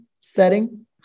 setting